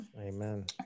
amen